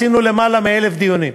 עשינו יותר מ-1,000 דיונים.